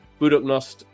Budoknost